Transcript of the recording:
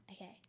Okay